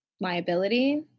liability